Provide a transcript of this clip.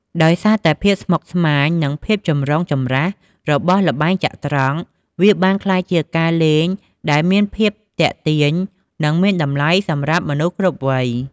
ដោយសារតែភាពស្មុគស្មាញ និងភាពចម្រូងចម្រាសរបស់ល្បែងចត្រង្គ វាបានក្លាយជាការលេងដែលមានភាពទាក់ទាញ និងមានតម្លៃសម្រាប់មនុស្សគ្រប់វ័យ។